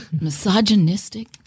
Misogynistic